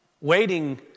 Waiting